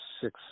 six